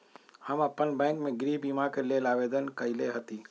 हम अप्पन बैंक में गृह बीमा के लेल आवेदन कएले हति